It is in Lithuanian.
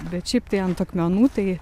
bet šiaip tai ant akmenų tai